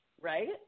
right